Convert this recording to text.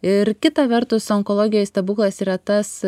ir kita vertus onkologijoj stebuklas yra tas